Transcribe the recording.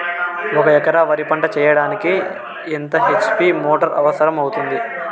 ఒక ఎకరా వరి పంట చెయ్యడానికి ఎంత హెచ్.పి మోటారు అవసరం అవుతుంది?